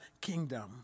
kingdom